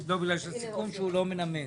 טוב, יש סיכום שהוא לא מנמק.